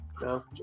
no